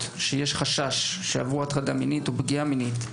שיש חשש שעברו הטרדה מינית או פגיעה מינית,